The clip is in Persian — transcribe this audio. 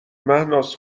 مهناز